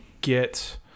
get